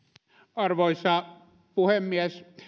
arvoisa puhemies